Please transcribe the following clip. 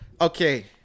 okay